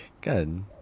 Good